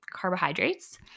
carbohydrates